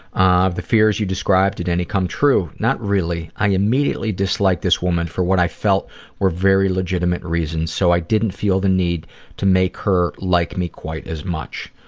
of the fears you described, did any come true? not really. i immediately disliked this woman for what i felt were very legitimate reasons so i didn't feel the need to make her like me quite as much.